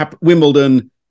Wimbledon